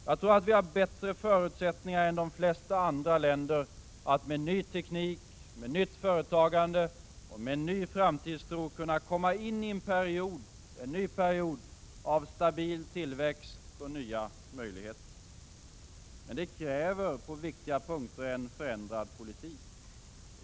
Jag tror att vi har bättre förutsättningar än de flesta andra länder att med ny teknik, nytt företagande och ny framtidstro kunna komma in i en period av stabil tillväxt och nya möjligheter. Men det kräver på viktiga punkter en förändrad politik.